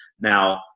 Now